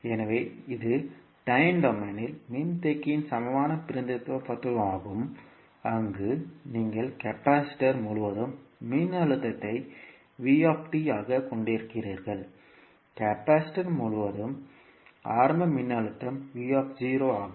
எனவே இது டைம் டொமைனில் மின்தேக்கியின் சமமான சமமான பிரதிநிதித்துவமாகும் அங்கு நீங்கள் கெபாசிட்டர் முழுவதும் மின்னழுத்தத்தை v ஆகக் கொண்டிருக்கிறீர்கள் கெபாசிட்டர் முழுவதும் ஆரம்ப மின்னழுத்தம் v ஆகும்